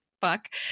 fuck